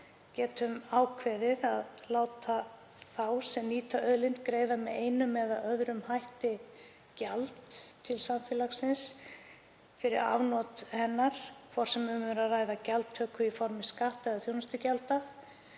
getum ákveðið að láta þá sem nýta auðlind greiða með einum eða öðrum hætti gjald til samfélagsins fyrir afnot hennar, hvort sem um er að ræða gjaldtöku í formi skatta eða þjónustugjalda,